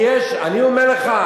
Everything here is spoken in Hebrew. כי יש, אני אומר לך,